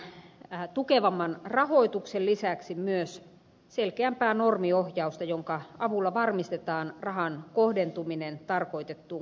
kuntapalveluihin tarvitaan tukevamman rahoituksen lisäksi myös selkeämpää normiohjausta jonka avulla varmistetaan rahan kohdentuminen tarkoitettuun kohteeseen